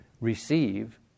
receive